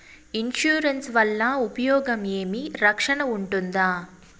Insurance వల్ల ఉపయోగం ఏమి? రక్షణ ఉంటుందా?